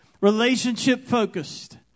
Relationship-focused